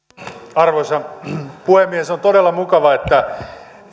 arvoisa puhemies on todella mukavaa että